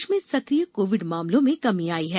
प्रदेश में सक्रिय कोविड मामलो में कमी आई है